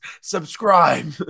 Subscribe